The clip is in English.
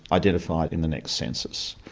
identified in the next census.